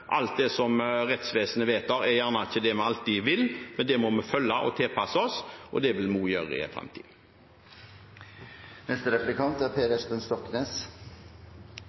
rettsvesenet vedtar, er det vi vil, men vi må følge det og tilpasse oss. Det vil vi også gjøre i framtiden.